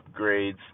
upgrades